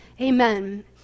Amen